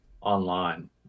online